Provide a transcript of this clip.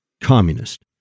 communist